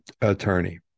attorney